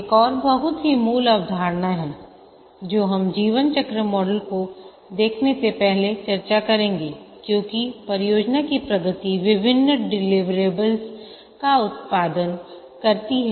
एक और बहुत ही मूल अवधारणा है जो हम जीवन चक्र मॉडल को देखने से पहले चर्चा करेंगे क्योंकि परियोजना की प्रगति विभिन्न डिलिवरेबल्स का उत्पादन करती है